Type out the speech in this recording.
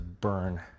burn